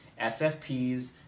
SFPs